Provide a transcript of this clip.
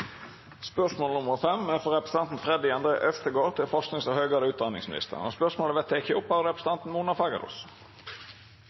representanten Freddy André Øvstegård til forskings- og høgare utdanningsministeren, vert teke opp av